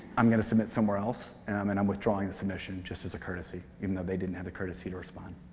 i'm going to submit somewhere else and i'm withdrawing the submission just as a courtesy. even though they didn't have the courtesy to respond.